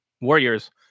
warriors